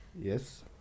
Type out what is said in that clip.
Yes